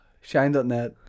shine.net